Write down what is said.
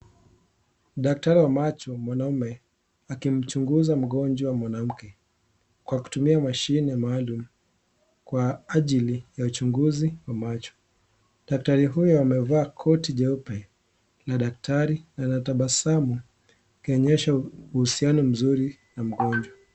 Daktari wa macho mwanaume akimchunguza mgonjwa mwanamke kwa kutumia mshine maalum kwa ajili ya uchunguzi wa macho, daktari huyu amevaa koti jeupe na daktari na anatabasamu akionyesha uhusiano mzuri na mgonjwa .